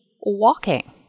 walking